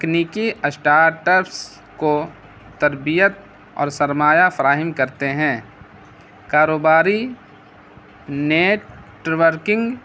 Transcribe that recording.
تکنیکی اسٹارٹپس کو تربیت اور سرمایہ فراہم کرتے ہیں کاروباری نیٹورکنگ